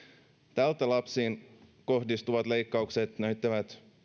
tältä lapsiin kohdistuvat leikkaukset näyttävät